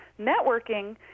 Networking